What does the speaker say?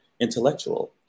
intellectual